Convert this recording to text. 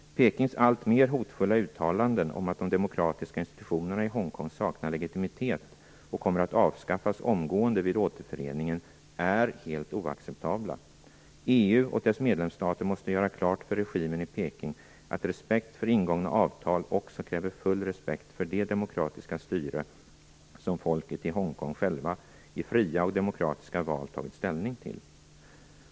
Pekings alltmer hotfulla uttalanden om att de demokratiska institutionerna i Hongkong saknar legitimitet och kommer att avskaffas omgående vid återföreningen är helt oacceptabla. EU och dess medlemsstater måste göra klart för regimen i Peking att respekt för ingångna avtal också kräver full respekt för det demokratiska styre som folket i Hongkong själva, i fria och demokratiska val, tagit ställning till.